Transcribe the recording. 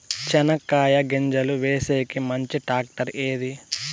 చెనక్కాయ గింజలు వేసేకి మంచి టాక్టర్ ఏది?